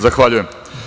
Zahvaljujem.